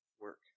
work